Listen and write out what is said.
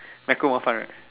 micro more fun right